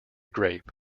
grape